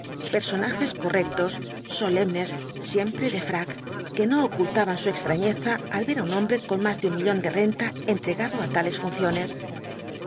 personajes correctos solemnes siempre de frac que no ocultaban su extrañeza al ver á un hombre con más de un millón de renta entregado á tales funciones